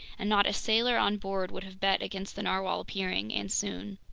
and not a sailor on board would have bet against the narwhale appearing, and soon.